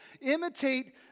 imitate